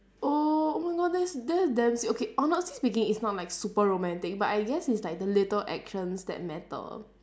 oh oh my god that is that's damn sweet okay honestly speaking it's not like not super romantic but I guess it's like the little actions that matter